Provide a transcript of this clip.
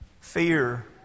Fear